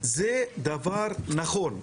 זה דבר נכון.